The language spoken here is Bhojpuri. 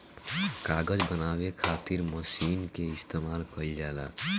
कागज बनावे के खातिर मशीन के इस्तमाल कईल जाला